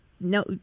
No